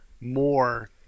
more